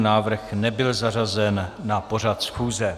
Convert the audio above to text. Návrh nebyl zařazen na pořad schůze.